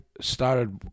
started